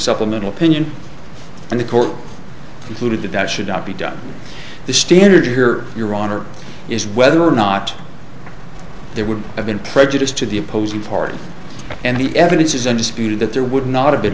supplemental opinion and the court included that should not be done the standard here your honor is whether or not there would have been prejudice to the opposing party and the evidence is undisputed that there would not have been